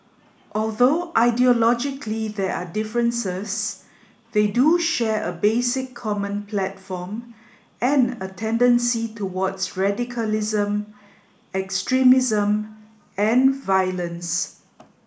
although ideologically there are differences they do share a basic common platform and a tendency towards radicalism extremism and violence